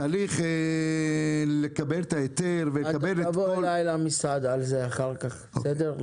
התהליך לקבל את ההיתר --- אתה תבוא אלי למשרד על זה אחר כך בסדר?